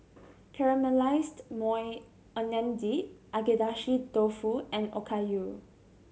Caramelized Maui Onion Dip Agedashi Dofu and Okayu